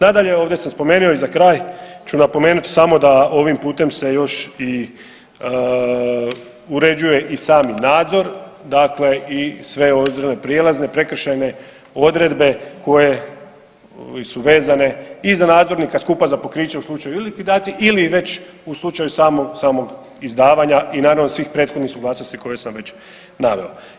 Nadalje, ovdje sam spomenuo i za kraj ću napomenuti samo da ovim putem se još i uređuje i sam nadzor, dakle sve odredbe prijelazne, prekršajne odredbe koje su vezane i za nadzornika skupa za pokriće u slučaju ili likvidacije ili već u slučaju samog izdavanja i naravno, svih prethodnih suglasnosti koje sam već naveo.